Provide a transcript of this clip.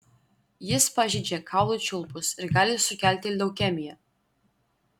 jis pažeidžia kaulų čiulpus ir gali sukelti leukemiją